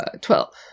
Twelve